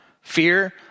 fear